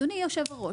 אדוני היושב ראש,